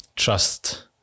trust